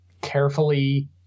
carefully